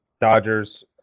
Dodgers